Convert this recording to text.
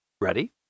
Ready